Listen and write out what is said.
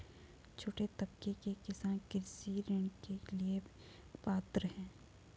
छोटे तबके के किसान कृषि ऋण के लिए पात्र हैं?